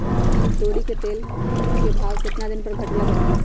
तोरी के तेल के भाव केतना दिन पर घटे ला बढ़े ला?